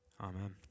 Amen